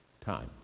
time